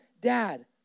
dad